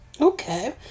okay